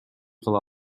кыла